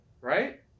Right